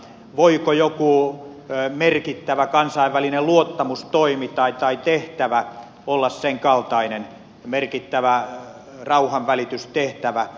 voiko joku merkittävä kansainvälinen luottamustoimi tai tehtävä olla sen kaltainen merkittävä rauhanvälitystehtävä